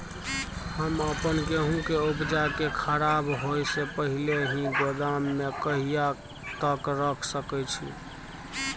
हम अपन गेहूं के उपजा के खराब होय से पहिले ही गोदाम में कहिया तक रख सके छी?